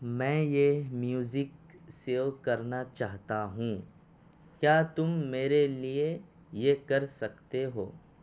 میں یہ music save کرنا چاہتا ہوں کیا تم میرے لیے یہ کر سکتے ہو